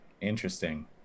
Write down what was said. Interesting